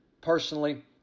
personally